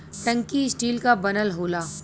टंकी स्टील क बनल होला